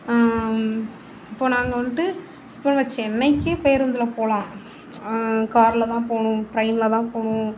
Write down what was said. இப்போது நாங்கள் வந்துட்டு இப்போ நம்ம சென்னைக்கே பேருந்தில் போகலாம் காரில் தான் போகணும் ட்ரெயினில் தான் போகணும்